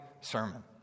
sermon